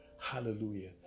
Hallelujah